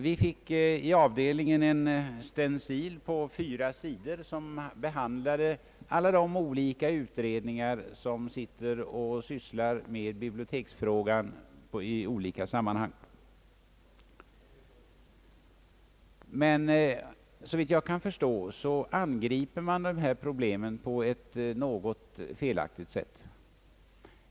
Vi fick i avdelningen fyra stencilerade sidor, där alla de utredningar som sysslar med biblioteksfrågan i olika sammanhang behandlas. Såvitt jag förstår angrips dessa problem på ett något felaktigt sätt.